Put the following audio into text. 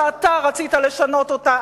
שאתה רצית לשנות אותה,